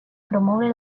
promoure